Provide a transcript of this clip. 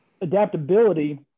adaptability